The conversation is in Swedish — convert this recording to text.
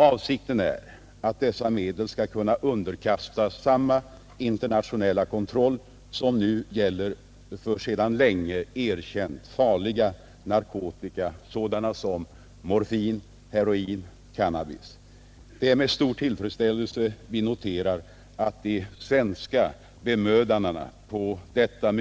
Avsikten är att dessa medel skall kunna underkastas samma internationella kontroll som nu gäller för sedan länge erkänt farliga narkotika, sådana som morfin, heroin och cannabis. Vi noterar med stor tillfredsställelse att de svenska bemödandena på detta